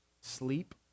sleep